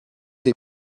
les